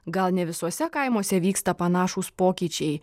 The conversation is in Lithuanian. gal ne visuose kaimuose vyksta panašūs pokyčiai